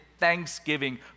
thanksgiving